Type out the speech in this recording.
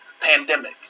pandemic